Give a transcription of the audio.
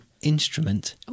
instrument